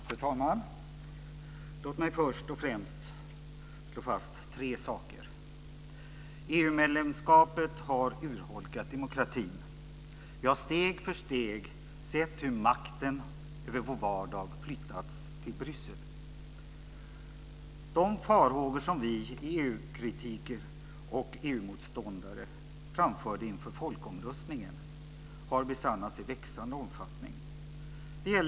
Fru talman! Låt mig först och främst slå fast tre saker. 1. EU-medlemskapet har urholkat demokratin. Vi har steg för steg sett hur makten över vår vardag har flyttats till Bryssel. 2. De farhågor som vi EU-kritiker och EU motståndare framförde inför folkomröstningen har i växande omfattning besannats.